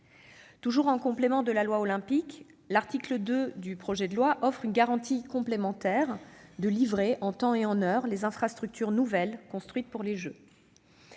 Toujours en complément de la loi Olympique, l'article 2 du projet de loi offre une garantie complémentaire de livrer, en temps et en heure, les infrastructures nouvelles construites pour les Jeux.